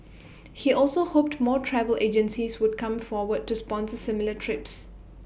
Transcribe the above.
he also hoped more travel agencies would come forward to sponsor similar trips